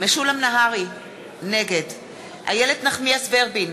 משולם נהרי, נגד איילת נחמיאס ורבין,